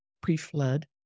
pre-flood